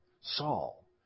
Saul